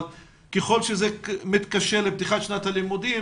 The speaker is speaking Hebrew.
אבל ככל שזה מתקשר לפתיחת שנת הלימודים